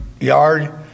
yard